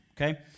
Okay